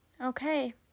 Okay